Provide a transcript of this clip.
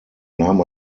nahm